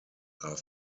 are